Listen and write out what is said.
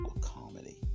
comedy